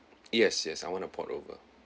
yes yes I want to port over